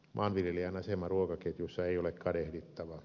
maanviljelijän asema ruokaketjussa ei ole kadehdittava